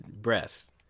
breasts